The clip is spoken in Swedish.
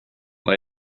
vad